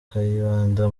kayibanda